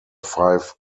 five